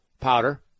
powder